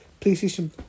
PlayStation